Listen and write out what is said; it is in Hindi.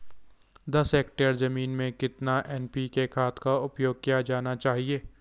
दस हेक्टेयर जमीन में कितनी एन.पी.के खाद का उपयोग किया जाना चाहिए?